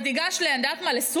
אתה תיגש לסופרפארם,